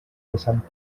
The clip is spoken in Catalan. vessant